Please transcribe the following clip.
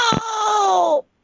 No